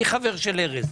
אני חבר של ארז אורעד.